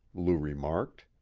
lou remarked.